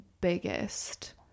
biggest